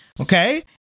Okay